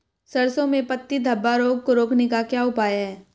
सरसों में पत्ती धब्बा रोग को रोकने का क्या उपाय है?